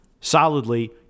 solidly